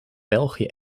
belgië